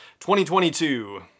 2022